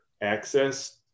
access